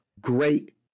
great